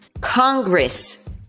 Congress